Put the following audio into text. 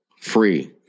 free